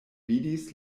vidis